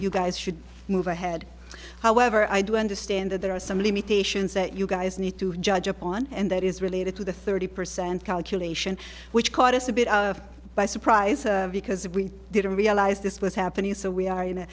you guys should move ahead however i do understand that there are some limitations that you guys need to judge on and that is related to the thirty percent calculation which caught us a bit by surprise because we didn't realize this was happening so we are in